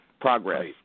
progress